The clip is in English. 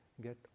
get